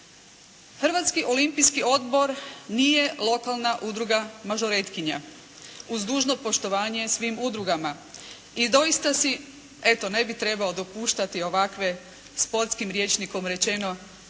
Hrvatski olimpijski odbor nije lokalna udruga mažoretkinja uz dužno poštovanje svim udrugama i doista si eto ne bi trebao dopuštati ovakve sportskim rječnikom rečeno